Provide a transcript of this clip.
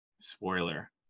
spoiler